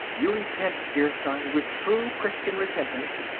you repent, dear son, with true christian repentance.